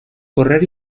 correr